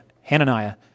Hananiah